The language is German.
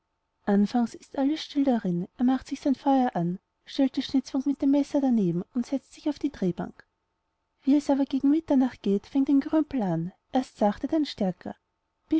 anfangs ist alles still darin er macht sich sein feuer an stellt die schnitzbank mit dem messer daneben und setzt sich auf die drehbank wie es aber gegen mitternacht geht fängt ein gerümpel an erst sachte dann stärker